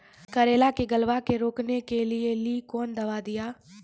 करेला के गलवा के रोकने के लिए ली कौन दवा दिया?